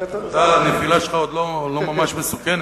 הנפילה שלך עוד לא ממש מסוכנת.